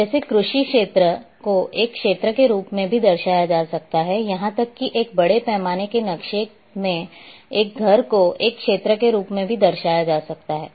जैसे कृषि क्षेत्र को एक क्षेत्र के रूप में भी दर्शाया जा सकता है यहां तक कि एक बड़े पैमाने के नक्शे में एक घर को एक क्षेत्र के रूप में भी दर्शाया जा सकता है